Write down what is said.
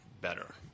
better